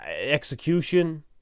execution